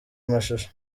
amashusho